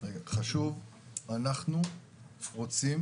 אנחנו רוצים